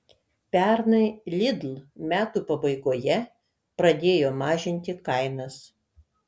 pernai lidl metų pabaigoje pradėjo mažinti kainas